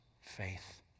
faith